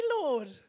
Lord